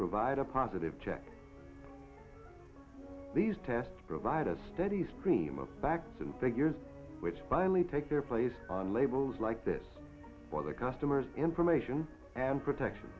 provide a positive check these tests provide a steady stream of facts and figures which finally take their place on labels like this or the customer's information and protection